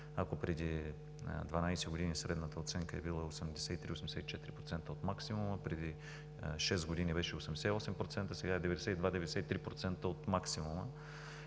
Ако преди 12 години средната оценка е била 83 – 84% от максимума, преди шест години беше 88%, сега е 92 – 93% от максимума,